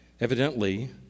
Evidently